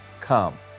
Come